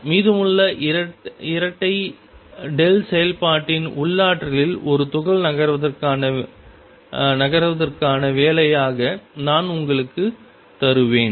மீதமுள்ள இரட்டை செயல்பாட்டின் உள்ளாற்றலில் ஒரு துகள் நகர்வதற்கான வேலையாக நான் உங்களுக்கு தருவேன்